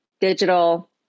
digital